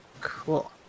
Cool